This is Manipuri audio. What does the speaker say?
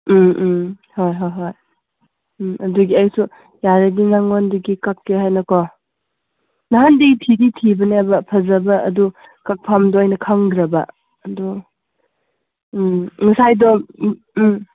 ꯎꯝ ꯎꯝ ꯍꯣꯏ ꯍꯣꯏ ꯍꯣꯏ ꯎꯝ ꯑꯗꯨꯒꯤ ꯑꯩꯁꯨ ꯌꯥꯔꯗꯤ ꯅꯉꯣꯟꯗꯒꯤ ꯀꯛꯀꯦ ꯍꯥꯏꯅꯀꯣ ꯅꯍꯥꯟꯗꯤ ꯊꯤꯗꯤ ꯊꯤꯕꯅꯦꯕ ꯐꯖꯕ ꯑꯗꯨ ꯀꯛꯐꯝꯗꯣ ꯑꯩꯅ ꯈꯪꯗ꯭ꯔꯥꯕ ꯑꯗꯣ ꯎꯝ ꯉꯁꯥꯏꯗꯣ ꯎꯝ ꯎꯝ